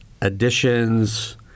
additions